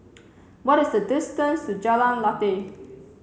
what is the distance to Jalan Lateh